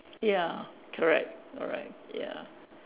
ya correct alright ya